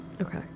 Okay